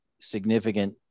significant